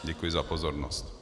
Děkuji za pozornost.